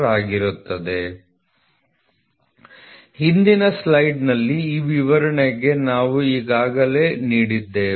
1493 ಹಿಂದಿನ ಸ್ಲೈಡ್ಗಳಲ್ಲಿ ಈ ವಿವರಣೆಗೆ ನಾವು ಈಗಾಗಲೇ ನೀಡಿದ್ದೇನೆ